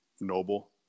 noble